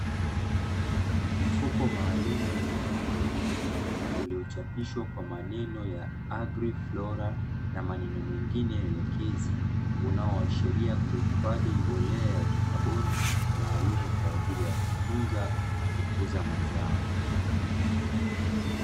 Mfuko maalum wenye rangi nyeupe uliochapishwa kwa maneno ya Agriflora na maneno mengine elekezi unaoashiria kuhifadhi mbolea ya kikaboni maalum kwa ajili ya kutunza na kukuza mazao.